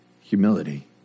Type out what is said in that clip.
Humility